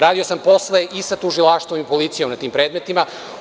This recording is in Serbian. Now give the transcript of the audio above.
Radio sam posle i sa tužilaštvom i sa policijom na tim predmetima.